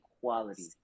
quality